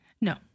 No